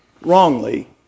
wrongly